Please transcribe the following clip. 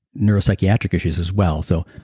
neuropsychiatric issues, as well. so,